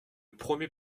premier